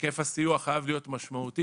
היקף הסיוע חייב להיות משמעותי.